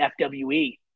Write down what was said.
FWE